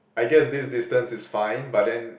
I guess this distance is fine but then